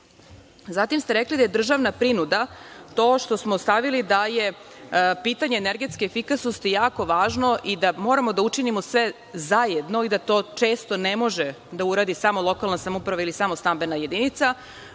ste da je državna prinuda to što smo stavili da je pitanje energetske efikasnosti jako važno i da moramo da učinimo sve zajedno i da to često ne može da uradi samo lokalna samouprava ili samo stambena jedinica,